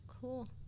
cool